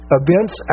events